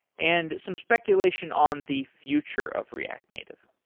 and some speculation on the future of react native.